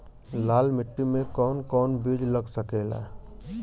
लाल मिट्टी में कौन कौन बीज लग सकेला?